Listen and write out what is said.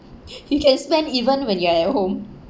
you can spend even when you are at home